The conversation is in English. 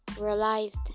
realized